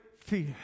fear